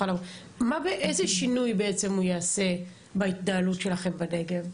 איזה שינוי בעצם הוא יעשה בהתנהלות שלכם בנגב?